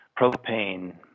propane